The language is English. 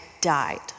died